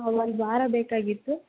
ಹಾಂ ಒಂದು ವಾರ ಬೇಕಾಗಿತ್ತು